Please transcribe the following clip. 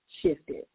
shifted